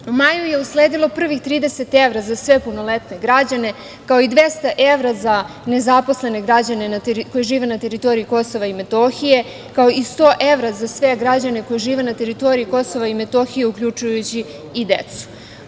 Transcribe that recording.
20/3 MJ/IĆ U maju je usledilo prvih 30 evra za sve punoletne građane, kao i 200 evra za nezaposlene građane koji žive na teritoriji KiM, kao i 100 evra za sve građane koji žive na teritoriji KiM, uključujući i decu.